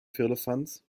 firlefanz